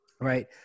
Right